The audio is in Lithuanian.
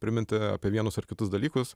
priminti apie vienus ar kitus dalykus